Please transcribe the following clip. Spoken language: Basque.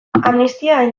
amnistia